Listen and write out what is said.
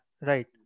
Right